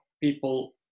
people